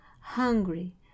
hungry